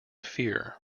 fear